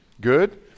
good